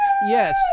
Yes